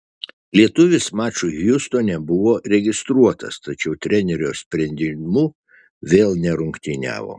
lietuvis mačui hjustone buvo registruotas tačiau trenerio sprendimu vėl nerungtyniavo